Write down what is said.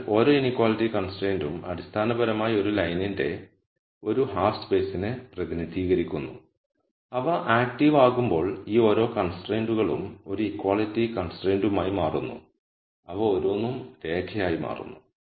അതിനാൽ ഓരോ ഇനീക്വാളിറ്റി കൺസ്ട്രയിന്റ്യും അടിസ്ഥാനപരമായി ഒരു ലൈനിന്റെ ഒരു ഹാഫ് സ്പേസിനെ പ്രതിനിധീകരിക്കുന്നു അവ ആക്റ്റീവ് ആകുമ്പോൾ ഈ ഓരോ കൺസ്ട്രൈന്റുകളും ഒരു ഇക്വാളിറ്റി കൺസ്ട്രൈന്റുമായി മാറുന്നു അവ ഓരോന്നും രേഖയായി മാറുന്നു